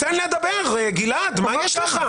תן לדבר, גלעד, מה יש לך?